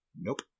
Nope